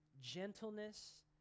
gentleness